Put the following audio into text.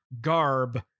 Garb